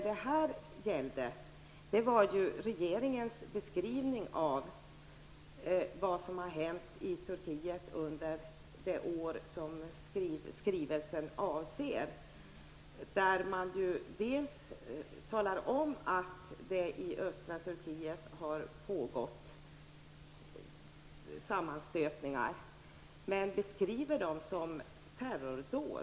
Det är här fråga om regeringens beskrivning av vad som har hänt i Turkiet under det år som skrivelsen avser. Dels talar man i skrivelsen om att det i östra Turkiet har förekommit sammanstötningar, dels beskriver man dem som terrordåd.